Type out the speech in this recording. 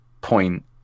point